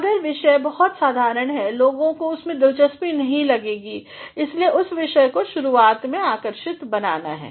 अगर विषय बहुत साधारण है लोग उसमें दिलचस्पी नहीं लेंगे इसलिए इस विषय को शुरुआत में आकर्षित बनाना है